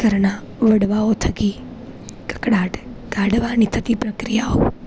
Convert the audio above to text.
ઘરના વડવાઓ થકી કકળાટ કાઢવાની થતી પ્રક્રિયાઓ